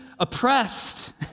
oppressed